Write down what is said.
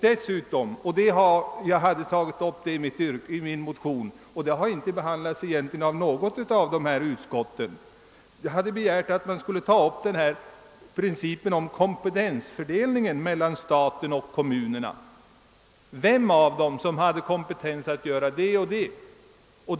Dessutom är det något som jag har föreslagit i min motion men som inte har behandlats av något av utskotten, nämligen att man skulle ta upp till behandling principerna för kompetensfördelningen mellan staten och kom munerna, alltså vilken av dessa parter som skulle ha kompetens att göra det ena eller det andra.